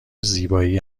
زیبایی